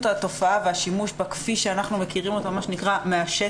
התופעה והשימוש בה כפי שאנחנו מכירים אותה מהשטח,